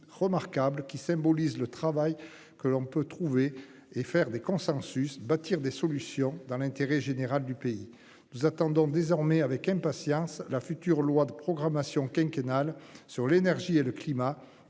qui symbolise le travail que l'on peut trouver et faire des consensus bâtir des solutions dans l'intérêt général du pays. Nous attendons désormais avec impatience la future loi de programmation quinquennale sur l'énergie et le climat